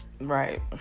right